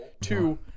two